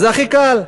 זה הכי קל.